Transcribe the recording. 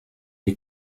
est